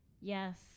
Yes